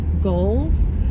goals